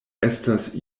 estas